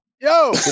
Yo